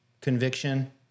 conviction